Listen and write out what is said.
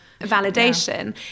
validation